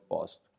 past